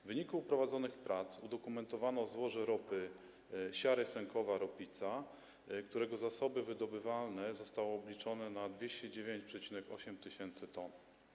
W wyniku prowadzonych prac udokumentowano złoże ropy Siary - Sękowa - Ropica, którego zasoby wydobywalne zostały obliczone na 209,8 tys. t.